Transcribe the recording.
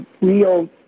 real